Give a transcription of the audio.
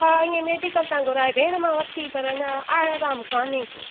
हा ईअं मेडिकल तां घुराए भेण मां वरिती पर अञां आराम कान्हे को